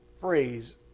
phrase